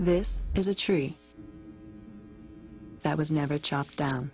this is a tree that was never chopped down